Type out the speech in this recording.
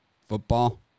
football